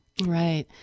Right